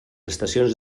estacions